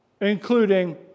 Including